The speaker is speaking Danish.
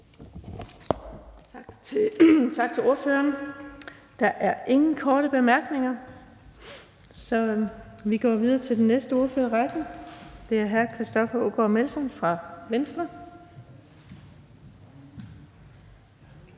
Tak til ordføreren. Der er ingen korte bemærkninger, så vi går videre til den næste ordfører i rækken, og det er hr. Christoffer Aagaard Melson fra Venstre.